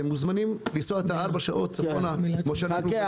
אתם מוזמנים לנסוע ארבע שעות צפונה כמו שאנחנו באים לכאן.